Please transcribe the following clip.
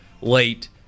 late